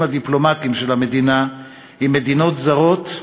הדיפלומטיים של המדינה עם מדינות זרות,